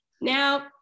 Now